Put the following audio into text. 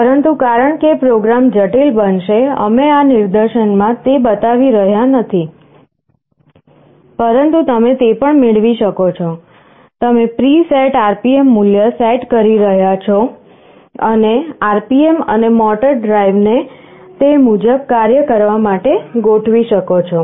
પરંતુ કારણ કે પ્રોગ્રામ જટિલ બનશે અમે આ નિદર્શનમાં તે બતાવી રહ્યાં નથી પરંતુ તમે તે પણ મેળવી શકો છો તમે પ્રીસેટ RPM મૂલ્ય સેટ કરી શકો છો અને RPM અને મોટર ડ્રાઇવને તે મુજબ કાર્ય કરવા માટે ગોઠવી શકો છો